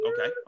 Okay